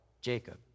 Jacob